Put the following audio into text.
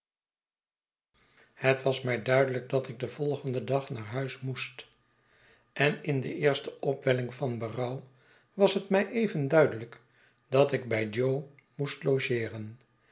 het was my duidelijk dat ik den volgenden dag naar huis moest en in de eerste opwelling van berouw was het mij even duidelijk dat ik bij jo moest logeeren